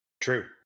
True